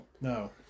No